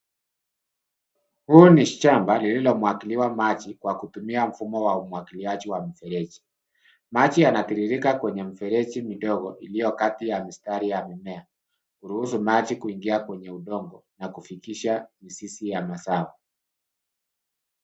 Huu ni shamba, lililomwagiliwa maji kwa kutumia mfumo wa umwagiliaji wa mfereji. Maji yanatiririka kwenye mfereji midogo iliyo kati ya mistari ya mimea kuruhusu maji kuingia kwenye udongo, na kufikisha mizizi ya mazao.